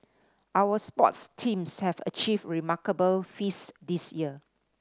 our sports teams have achieved remarkable feats this year